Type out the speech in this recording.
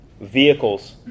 vehicles